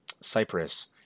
Cyprus